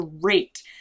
great